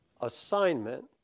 assignment